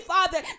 Father